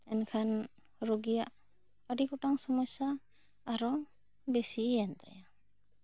ᱮᱱᱠᱷᱟᱱ ᱨᱚᱜᱤᱭᱟᱜ ᱟᱹᱰᱤ ᱜᱚᱴᱟᱝ ᱥᱟᱢᱟᱥᱭᱟ ᱟᱨᱚ ᱵᱮᱥᱤᱭᱮᱱ ᱛᱟᱭᱟ